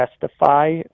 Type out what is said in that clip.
testify